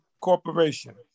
corporation